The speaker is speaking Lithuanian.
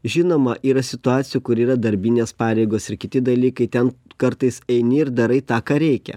žinoma yra situacijų kur yra darbinės pareigos ir kiti dalykai ten kartais eini ir darai tą ką reikia